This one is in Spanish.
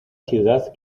ciudad